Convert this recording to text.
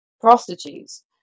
prostitutes